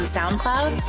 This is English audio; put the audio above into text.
SoundCloud